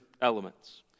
elements